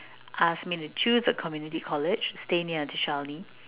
asked me to choose a community collage stay near